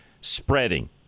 spreading